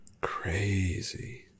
Crazy